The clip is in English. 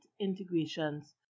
integrations